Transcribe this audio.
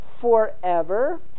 forever